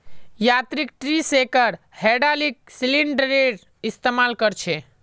यांत्रिक tree shaker hydraulic सिलिंडरेर इस्तेमाल कर छे